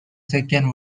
second